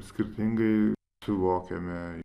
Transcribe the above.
skirtingai suvokiame